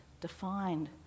defined